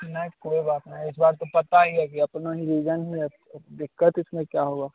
नहीं कोई बात नहीं इस बार तो पता ही है कि अपना ही रीजन है अब दिक्कत इसमें क्या होगा